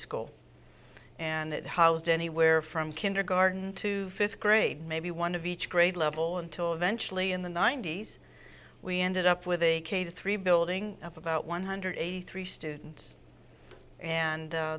school and it housed anywhere from kindergarten to fifth grade maybe one of each grade level until eventually in the ninety's we ended up with a k three building up about one hundred eighty three students and